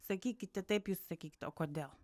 sakykite taip jūs sakykt o kodėl